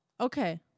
okay